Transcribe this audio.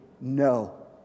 No